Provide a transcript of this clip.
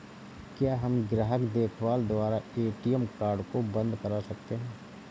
क्या हम ग्राहक देखभाल द्वारा ए.टी.एम कार्ड को बंद करा सकते हैं?